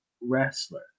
wrestler